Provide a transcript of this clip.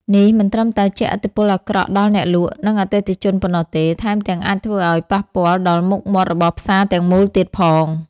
នេះមិនត្រឹមតែជះឥទ្ធិពលអាក្រក់ដល់អ្នកលក់ និងអតិថិជនប៉ុណ្ណោះទេ ថែមទាំងអាចធ្វើឱ្យប៉ះពាល់ដល់មុខមាត់របស់ផ្សារទាំងមូលទៀតផង។